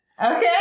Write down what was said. Okay